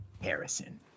Harrison